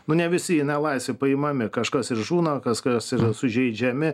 nu ne visi į nelaisvę paimami kažkas ir žūna kas kas ir sužeidžiami